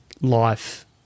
life